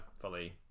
fully